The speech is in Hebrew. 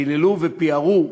אנחנו הרי רואים כולנו אתרי בנייה,